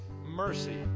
mercy